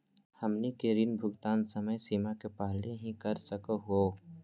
हमनी के ऋण भुगतान समय सीमा के पहलही कर सकू हो?